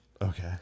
Okay